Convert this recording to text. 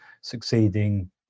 succeeding